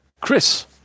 Chris